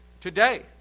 today